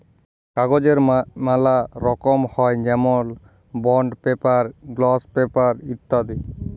কাগজের ম্যালা রকম হ্যয় যেমল বন্ড পেপার, গ্লস পেপার ইত্যাদি